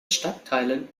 stadtteilen